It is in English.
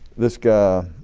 this guy